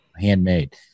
handmade